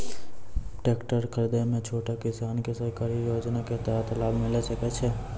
Tractor खरीदै मे छोटो किसान के सरकारी योजना के तहत लाभ मिलै सकै छै?